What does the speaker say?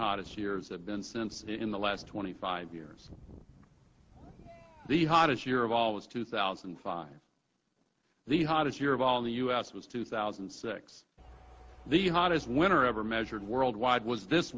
hottest years have been since in the last twenty five years the hottest year of all was two thousand and five the hottest year of all the u s was two thousand and six the hottest winter ever measured worldwide was this